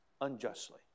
unjustly